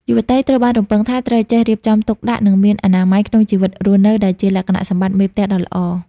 យុវតីត្រូវបានរំពឹងថា ត្រូវចេះ "រៀបចំទុកដាក់ និងមានអនាម័យ" ក្នុងជីវិតរស់នៅ ដែលជាលក្ខណៈសម្បត្តិមេផ្ទះដ៏ល្អ។